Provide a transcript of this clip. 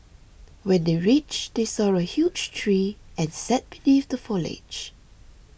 when they reached they saw a huge tree and sat beneath the foliage